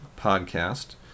podcast